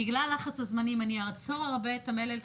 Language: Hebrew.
בגלל לחץ הזמנים אני אעצור הרבה את המלל,